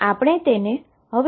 આપણે તેને ફરીથી લખીએ